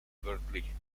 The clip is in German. wörtlich